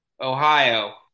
Ohio